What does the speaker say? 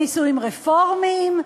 נישואים רפורמיים,